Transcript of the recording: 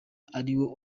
ariwo